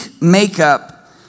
makeup